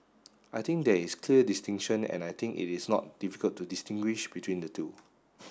I think there is clear distinction and I think it is not difficult to distinguish between the two